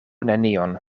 nenion